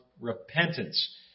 repentance